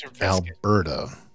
Alberta